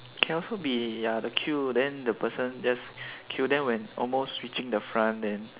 can also be ya the queue then the person just queue then when almost reaching the front then